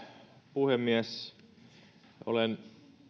puhemies olen